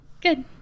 Good